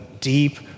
deep